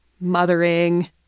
mothering